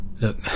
Look